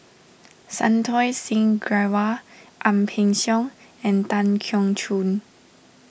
Santokh Singh Grewal Ang Peng Siong and Tan Keong Choon